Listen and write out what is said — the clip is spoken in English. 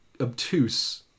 obtuse